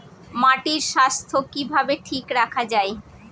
মাটির স্বাস্থ্য কিভাবে ঠিক রাখা যায়?